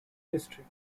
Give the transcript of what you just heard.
history